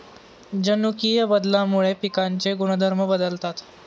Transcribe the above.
जनुकीय बदलामुळे पिकांचे गुणधर्म बदलतात